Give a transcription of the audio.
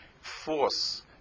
force